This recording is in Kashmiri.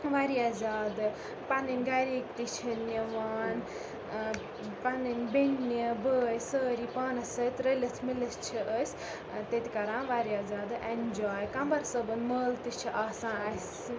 واریاہ زیادٕ پَنٕنۍ گَرِکۍ تہِ چھِ نِوان پَنٕنۍ بیٚننہِ بٲے سٲری پانَس سۭتۍ رٔلِتھ مِلِس چھِ أسۍ تتہِ کَران واریاہ زیادٕ اٮ۪نجاے قَمَر صٲبُن مٲلہٕ تہِ چھِ آسان اَسہِ